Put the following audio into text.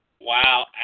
Wow